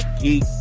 Geek